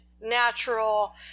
natural